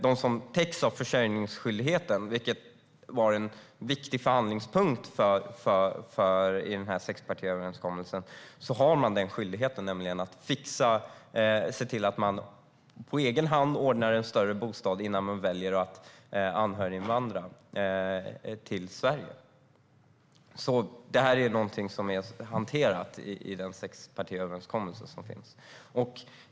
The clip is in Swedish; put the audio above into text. De som täcks av försörjningsskyldigheten, vilket var en viktig förhandlingspunkt i den här sexpartiöverenskommelsen, har skyldigheten att på egen hand ordna en större bostad innan man väljer att låta sin familj anhöriginvandra till Sverige. Det här är alltså någonting som är hanterat i den sexpartiöverenskommelse som finns.